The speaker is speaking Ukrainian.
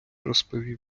розповів